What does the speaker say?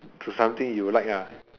to something you like ah